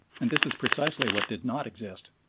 and this is precisely what did not exist.